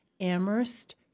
Amherst